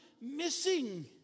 missing